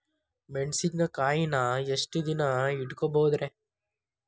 ಮೆಣಸಿನಕಾಯಿನಾ ಎಷ್ಟ ದಿನ ಇಟ್ಕೋಬೊದ್ರೇ?